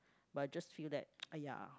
but I just feel that !aiya!